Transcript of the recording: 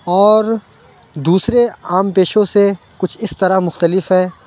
اور دوسرے عام پیشوں سے کچھ اِس طرح مختلف ہے